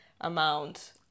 Amount